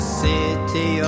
city